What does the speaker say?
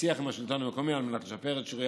בשיח עם השלטון המקומי על מנת לשפר את שיעורי